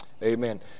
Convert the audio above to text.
Amen